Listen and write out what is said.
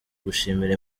gushimira